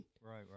right